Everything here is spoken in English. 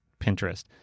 Pinterest